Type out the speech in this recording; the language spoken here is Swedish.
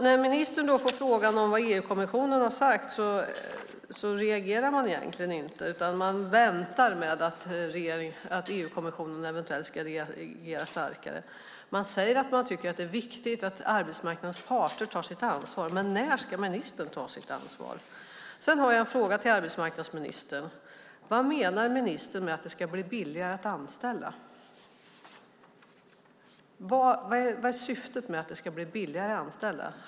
När ministern får frågan vad EU-kommissionen har sagt reagerar hon egentligen inte utan väntar på att EU-kommissionen eventuellt ska reagera starkare. Hon säger att hon tycker att det är viktigt att arbetsmarknadens parter tar sitt ansvar. Men när ska ministern ta sitt ansvar? Jag har en fråga till arbetsmarknadsministern: Vad menar ministern med att det ska bli billigare att anställa? Vad är syftet med att det ska bli billigare att anställa?